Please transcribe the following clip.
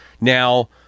now